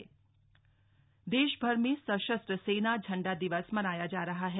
सशस्त्र सेना झंडा दिवस देशभर में सशस्त्र सेना झंडा दिवस मनाया जा रहा है